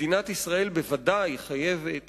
מדינת ישראל בוודאי חייבת